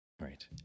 Right